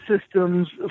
systems